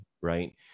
right